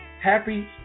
happy